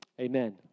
Amen